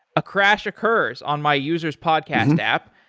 a crash occurs on my user s podcast app.